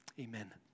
Amen